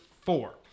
Four